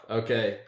okay